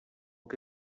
que